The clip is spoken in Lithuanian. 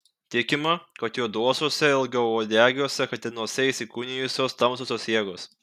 tikima kad juoduosiuose ilgauodegiuose katinuose įsikūnijusios tamsiosios jėgos